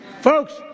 Folks